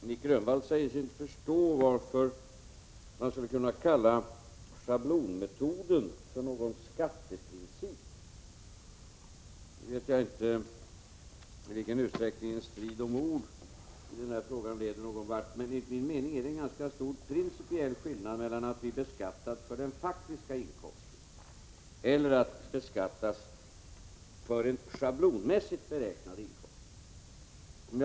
Herr talman! Nic Grönvall säger sig inte förstå varför man kan kalla schablonmetoden för en skatteprincip. Nu vet jag inte i vilken utsträckning en strid om ord leder någon vart, men enligt min mening är det en ganska stor principiell skillnad mellan att bli beskattad för den faktiska inkomsten och att beskattas för en schablonmässigt beräknad inkomst.